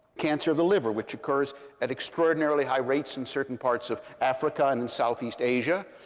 cancer of the liver, which occurs at extraordinarily high rates in certain parts of africa and in southeast asia,